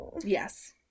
Yes